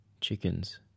chickens